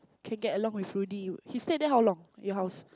can get along with Rudy he stay there how long your house